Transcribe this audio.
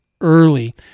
early